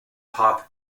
pop